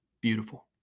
Beautiful